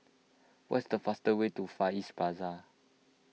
what is the fast way to Far East Plaza